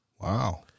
Wow